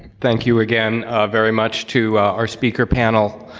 thank you again very much to our speaker panel.